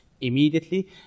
immediately